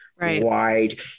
wide